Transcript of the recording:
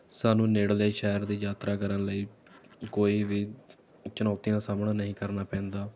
ਸਾਨੂੰ ਨੇੜਲੇ ਸ਼ਹਿਰ ਦੀ ਯਾਤਰਾ ਕਰਨ ਲਈ ਕੋਈ ਵੀ ਚੁਣੌਤੀ ਦਾ ਸਾਹਮਣਾ ਨਹੀਂ ਕਰਨਾ ਪੈਂਦਾ